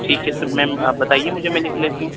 ٹھیک ہے پھر میم آپ بیائیے مجھے میں لکھ لیتی ہوں